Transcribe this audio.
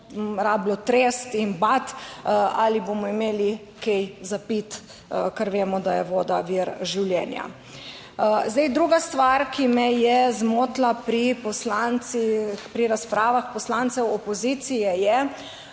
rabilo tresti in bati ali bomo imeli kaj za piti, ker vemo, da je voda vir življenja. Zdaj, druga stvar, ki me je zmotila pri razpravah poslancev opozicije je